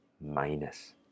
MINUS